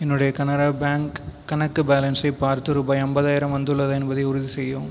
என்னுடைய கனரா பேங்க் கணக்கு பேலன்ஸை பார்த்து ரூபாய் ஐம்பதாயிரம் வந்துள்ளதா என்பதை உறுதிசெய்யவும்